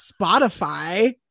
Spotify